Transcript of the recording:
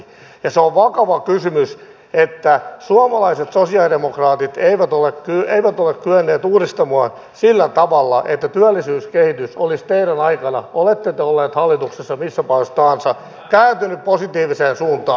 ja se on vakava kysymys että suomalaiset sosialidemokraatit eivät ole kyenneet uudistamaan sillä tavalla että työllisyyskehitys olisi teidän aikananne olette te olleet hallituksessa missä kohdassa tahansa kääntynyt positiiviseen suuntaan